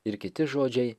ir kiti žodžiai